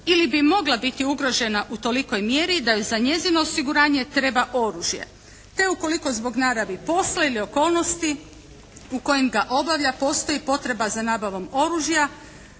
ili bi mogla biti ugrožena u tolikoj mjeri da joj za njezino osiguranje treba oružje, te ukoliko zbog naravi posla ili okolnosti u kojim ga obavlja postoji potreba nabavom oružja,